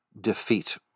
defeat